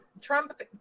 Trump